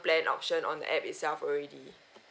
plan option on the app itself already